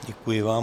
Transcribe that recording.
Děkuji vám.